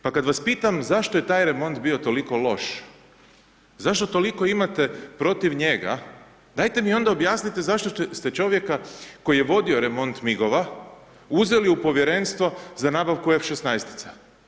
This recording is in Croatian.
Pa kada vas pitam zašto je taj remont bio toliko loš, zašto toliko imate protiv njega, dajte mi onda objasnite, zašto ste čovjeka, koji je vodio remont MIG-ova, uzeo u povjerenstvo za nabavku F 16.